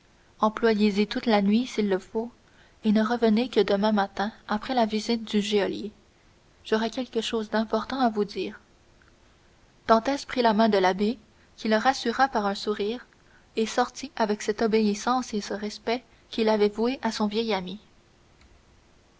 employez y toute la nuit s'il le faut et ne revenez que demain matin après la visite du geôlier j'aurai quelque chose d'important à vous dire dantès prit la main de l'abbé qui le rassura par un sourire et sortit avec cette obéissance et ce respect qu'il avait voués à son vieil ami